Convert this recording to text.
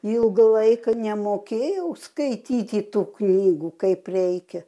ilgą laiką nemokėjau skaityti tų knygų kaip reikia